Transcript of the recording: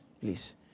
please